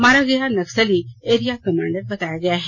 मारा गया नक्सली एरिया कमांडर बताया गया है